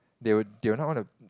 they'll they'll not want to